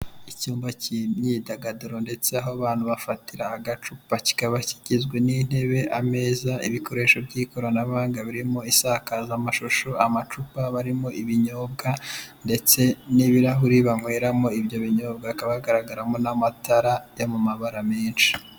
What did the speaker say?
Icyumba k'imyidagaduro ndetse aho abantu bafatira agacupa, kikaba kigizwe n'intebe ameza ibikoresho by'ikoranabuhanga birimo insakazamashusho, amacupa barimo ibinyobwa ndetse n'ibirahuri banyweramo ibyo, ibinyobwa bagaragaramo n'amatara y'amabara menshi.